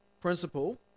principle